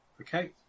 Okay